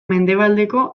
mendebaldeko